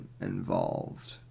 involved